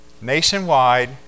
Nationwide